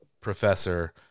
professor